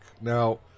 Now